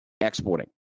exporting